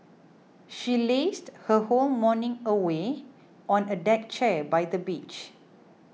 she lazed her whole morning away on a deck chair by the beach